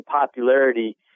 popularity